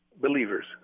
Believers